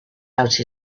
out